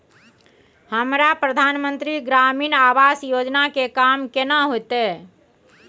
हमरा प्रधानमंत्री ग्रामीण आवास योजना के काम केना होतय?